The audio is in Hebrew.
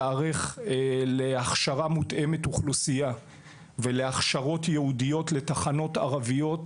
להיערך להכשרה מותאמת אוכלוסייה ולהכשרות ייעודיות לתחנות ערביות.